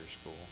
school